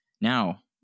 Now